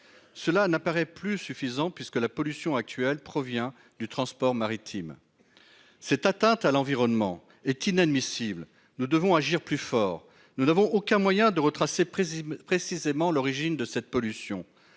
Cela n'apparaît plus suffisant, puisque la pollution actuelle provient du transport maritime. Une telle atteinte à l'environnement est inadmissible ; nous devons agir plus fortement. Nous n'avons aucun moyen de retracer précisément l'origine de cette pollution.